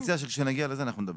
אני מציע שכשנגיע לזה אנחנו נדבר.